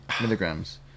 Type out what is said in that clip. milligrams